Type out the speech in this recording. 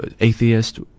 atheist